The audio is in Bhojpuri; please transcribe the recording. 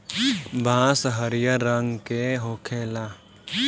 बांस हरियर रंग के होखेला